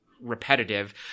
repetitive